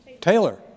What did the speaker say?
Taylor